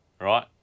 right